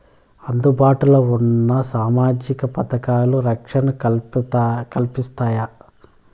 అందుబాటు లో ఉన్న సామాజిక పథకాలు, రక్షణ కల్పిస్తాయా?